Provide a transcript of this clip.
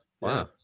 wow